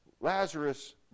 Lazarus